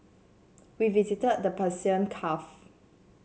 we visited the Persian Gulf